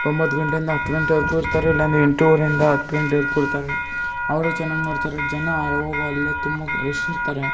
ಒಂಬತ್ತು ಗಂಟೆಯಿಂದ ಹತ್ತು ಗಂಟೆವರೆಗೂ ಇರ್ತಾರೆ ಇಲ್ಲಾಂದರೆ ಎಂಟೂವರೆಯಿಂದ ಹತ್ತು ಗಂಟೆವರೆಗೂ ಇರ್ತಾರೆ ಅವರೂ ಚೆನ್ನಾಗಿ ನೋಡ್ತಾರೆ ಜನ ಯಾವಾಗ್ಲೂ ಅಲ್ಲೇ ತುಂಬ ರಶ್ ಇರ್ತಾರೆ